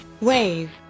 Wave